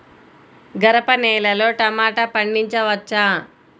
గరపనేలలో టమాటా పండించవచ్చా?